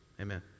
Amen